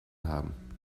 haben